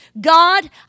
God